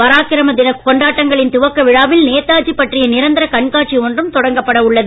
பராக்கிரம தினக் கொண்டாட்டங்களின் துவக்க விழாவில் நேதாஜி பற்றிய நிரந்தாக் கண்காட்சி ஒன்றும் தொடங்கப்பட உள்ளது